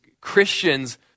Christians